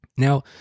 Now